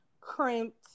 crimped